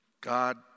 God